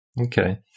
Okay